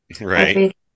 Right